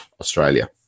Australia